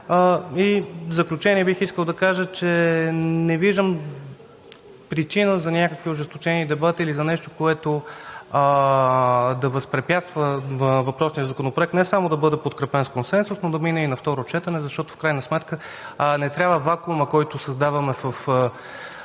В заключение бих искал да кажа, че не виждам причина за някакви ожесточени дебати или за нещо, което да възпрепятства въпросния Законопроект не само да бъде подкрепен с консенсус, но да мине и на второ четене, защото в крайна сметка не трябва вакуумът, който създаваме в